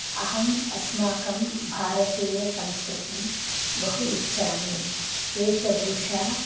अहम् अस्माकं भारतीयसंस्कृतिं बहु इच्छामि वेषभूषा